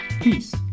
Peace